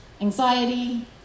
anxiety